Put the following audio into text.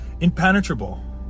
impenetrable